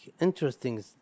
interesting